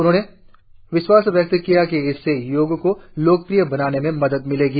उन्होंने विश्वास व्यक्त किया कि इससे योग को लोकप्रिय बनाने में मदद मिलेगी